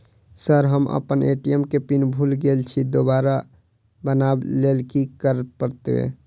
Sir हम अप्पन ATM केँ पिन भूल गेल छी दोबारा बनाब लैल की करऽ परतै?